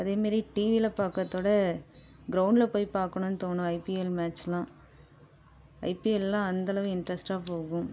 அதேமாரி டிவியிர் பார்க்கறதோட கிரௌண்ட்ல போய் பார்க்கணுன்னு தோணும் ஐபிஎல் மேட்ச்லாம் ஐபிஎல்லாம் அந்தளவு இன்ட்ரெஸ்ட்டாக போகும்